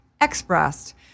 expressed